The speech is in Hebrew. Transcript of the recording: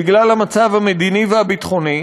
בגלל המצב המדיני והביטחוני,